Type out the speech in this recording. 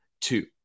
two